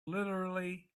literally